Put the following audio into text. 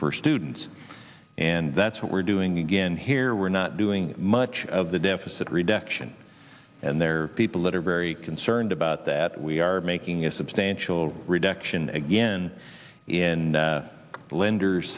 for students and that's what we're doing again here we're not doing much of the deficit reduction and there are people that are very concerned about that we are making a substantial reduction again in the lender